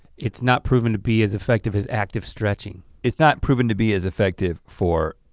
it's not proven to be as effective as active stretching. it's not proven to be as effective for